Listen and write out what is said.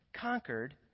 conquered